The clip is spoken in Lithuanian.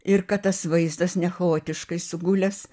ir kad tas vaizdas nechaotiškai sugulęs